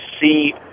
see